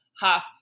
half